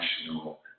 national